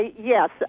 Yes